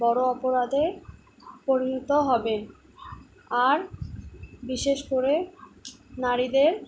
বড়ো অপরাধে পরিণত হবে আর বিশেষ করে নারীদের